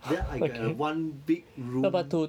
then I get a one big room